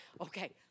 Okay